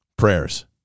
prayers